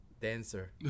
dancer